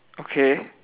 okay